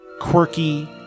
quirky